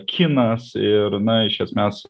kinas ir na iš esmės